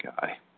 guy